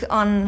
on